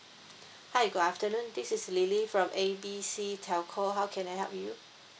hi good afternoon this is lily from A B C telco how can I help you